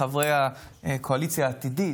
הוועדה?